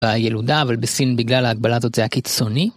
הילודה אבל בסין בגלל ההגבלה הזאת זה היה קיצוני.